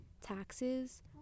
taxes